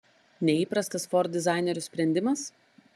neįprastas ford dizainerių sprendimas